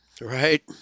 Right